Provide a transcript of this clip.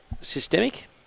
Systemic